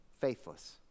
faithless